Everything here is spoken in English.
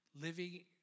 living